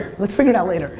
let's figure it out later